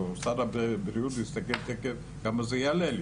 הלא שר הבריאות יסתכל על כמה כסף זה יעלה,